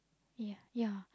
ya ya